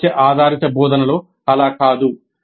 సమస్య ఆధారిత బోధనలో అలా కాదు